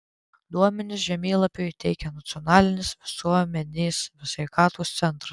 duomenis žemėlapiui teikia nacionalinis visuomenės sveikatos centras